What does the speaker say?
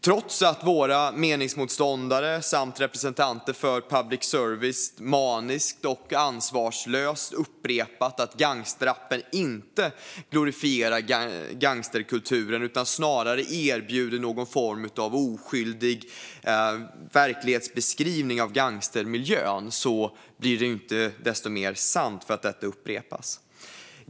Trots att våra meningsmotståndare samt representanter för public service maniskt och ansvarslöst upprepat att gangsterrappen inte glorifierar gangsterkulturen utan snarare erbjuder någon form av oskyldig verklighetsbeskrivning av gangstermiljön blir det inte mer sant för att det upprepas.